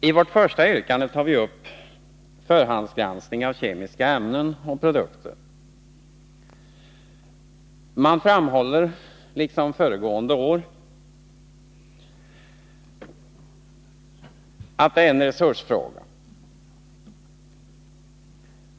I vårt första yrkande tar vi upp förhandsgranskning av kemiska ämnen och produkter. Man framhåller i betänkandet, liksom föregående år, att det är en resursfråga.